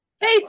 Hey